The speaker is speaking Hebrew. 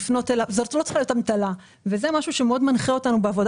זאת לא צריכה להיות אמתלה וזה משהו שמאוד מנחה אותנו בעבודה